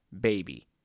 baby